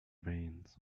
veins